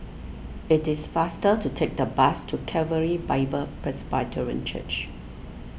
it is faster to take the bus to Calvary Bible Presbyterian Church